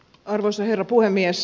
arvoisa herra puhemies